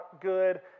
good